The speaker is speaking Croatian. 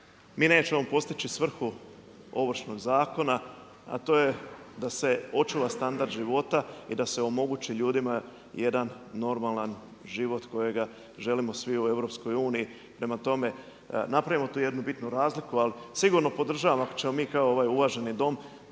mi nećemo postići svrhu Ovršnog zakona, a to je da se očuva standard života i da omogući ljudima jedan normalan život kojega želimo svi u EU. Prema tome, napravimo tu jednu bitnu razliku ali sigurno podržavam ako ćemo mi kao ovaj uvaženi Dom